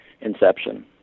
Inception